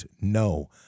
no